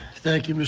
thank you.